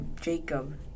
Jacob